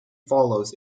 follows